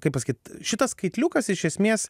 kaip pasakyt šitas skaitliukas iš esmės